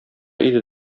иде